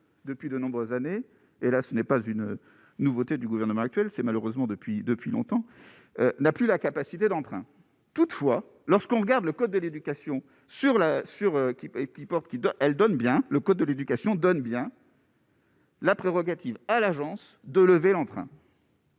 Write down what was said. depuis de nombreuses années et là ce n'est pas une nouveauté du gouvernement actuel, c'est malheureusement depuis depuis longtemps. N'a plus la capacité d'emprunt toutefois lorsqu'on regarde le code de l'éducation sur la sur qui et qui porte qui donne, elle donne bien le code de l'éducation donne bien. La prérogative à l'agence de lever l'emprunt.